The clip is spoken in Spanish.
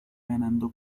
ganando